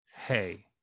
hey